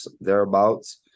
thereabouts